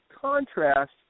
contrast